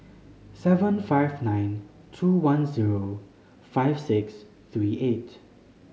seven five nine two one zero five six three eight